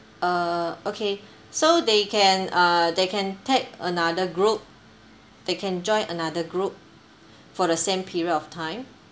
uh okay so they can uh they can take another group they can join another group for the same period of time